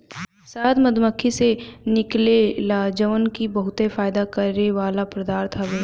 शहद मधुमक्खी से निकलेला जवन की बहुते फायदा करेवाला पदार्थ हवे